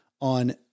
on